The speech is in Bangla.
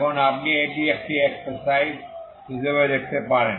এখন আপনি এটি একটি এক্সারসাইজ হিসাবেও দেখতে পারেন